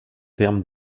terme